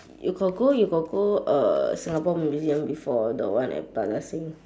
you got go you got go uh singapore museum before the one at plaza sing